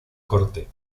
corte